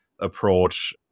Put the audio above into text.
approach